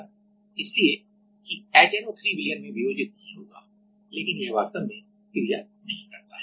इसलिए कि HNO3 विलयन में वियोजित नहीं होगा लेकिन यह वास्तव में क्रिया नहीं करता है